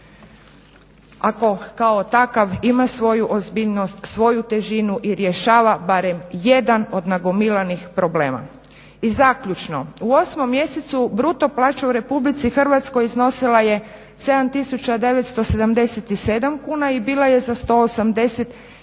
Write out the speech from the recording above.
ako kao takav ima svoju ozbiljnost, svoju težinu i rješava barem jedan od nagomilanih problema. I zaključno, u 8 mjesecu bruto plaća u RH iznosila je 7977 kuna i bila je za 183 kune